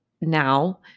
now